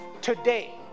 today